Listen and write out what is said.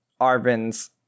Arvin's